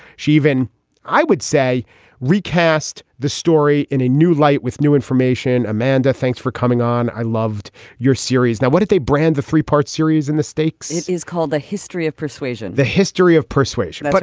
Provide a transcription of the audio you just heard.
she even i would say recast the story in a new light with new information amanda thanks for coming on. i loved your series. now what did they brand the three part series in the stakes. it is called the history of persuasion. the history of persuasion. but